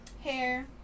hair